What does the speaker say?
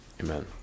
amen